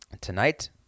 tonight